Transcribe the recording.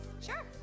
Sure